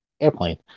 airplane